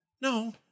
No